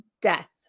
death